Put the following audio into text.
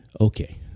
Okay